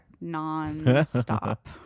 non-stop